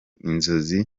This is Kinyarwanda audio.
inzozi